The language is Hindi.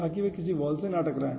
ताकि वह किसी वॉल से न टकराए